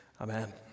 Amen